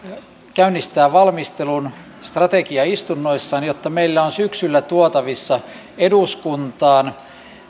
käynnistää valmistelun strategiaistunnoissa jotta meillä on syksyllä tuotavissa eduskuntaan